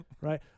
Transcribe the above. right